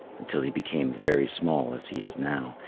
until he became very small as he is now,